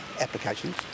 applications